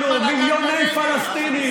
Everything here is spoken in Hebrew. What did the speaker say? לתוכנו מיליוני פלסטינים.